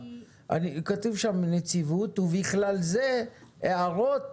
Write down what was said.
כתוב שם: נציבות ובכלל זה הערות